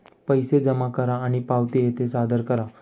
पैसे जमा करा आणि पावती येथे सादर करा